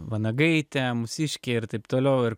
vanagai ten mūsiškiai ir taip toliau ir